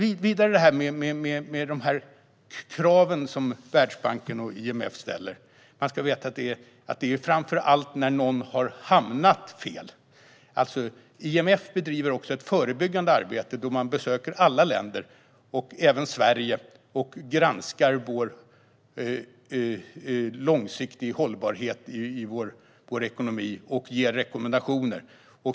Man ska veta att de krav som Världsbanken och IMF ställer framför allt gäller när någon har hamnat fel. IMF bedriver också ett förebyggande arbete. De besöker alla länder, även Sverige, granskar den långsiktiga hållbarheten i vår ekonomi och ger rekommendationer.